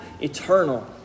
eternal